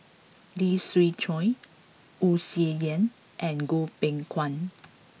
Lee Siew Choh Wu Tsai Yen and Goh Beng Kwan